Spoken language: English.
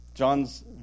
John's